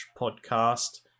Podcast